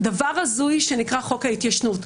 דבר הזוי שנקרא חוק ההתיישנות.